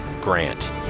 GRANT